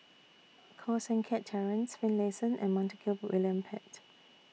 Koh Seng Kiat Terence Finlayson and Montague William Pett